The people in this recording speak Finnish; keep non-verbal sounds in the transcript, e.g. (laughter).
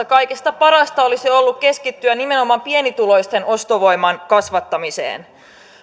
(unintelligible) kaikista parasta olisi ollut keskittyä nimenomaan pienituloisten ostovoiman kasvattamiseen